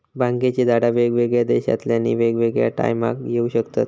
भांगेची झाडा वेगवेगळ्या देशांतल्यानी वेगवेगळ्या टायमाक येऊ शकतत